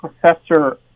Professor